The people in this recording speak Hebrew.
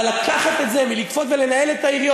אבל לקחת את זה ולכפות ולנהל את העיריות,